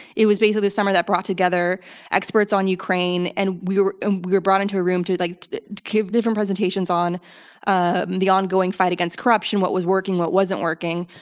it was basically a summit that brought together experts on ukraine, and we were we were brought into a room to like give different presentations on ah the ongoing fight against corruption, what was working, what wasn't working.